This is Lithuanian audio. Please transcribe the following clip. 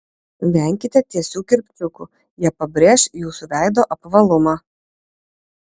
venkite tiesių kirpčiukų jie pabrėš jūsų veido apvalumą